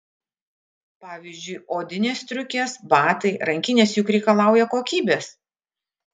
pavyzdžiui odinės striukės batai rankinės juk reikalauja kokybės